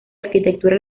arquitectura